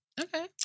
Okay